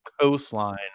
coastline